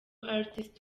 artist